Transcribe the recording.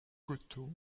gotō